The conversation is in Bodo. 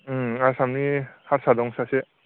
उम आसामनि हारसा दं सासे